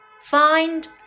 find